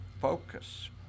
focus